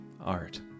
art